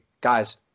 guys